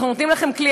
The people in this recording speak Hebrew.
אנחנו נותנים לכם כלי,